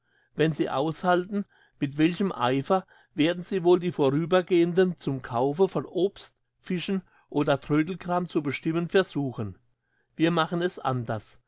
wenn sie aushalten mit welchem eifer werden sie wohl die vorübergehenden zum kaufe von obst fischen oder trödelkram zu bestimmen versuchen wir machen es anders